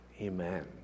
Amen